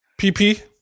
PP